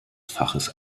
faches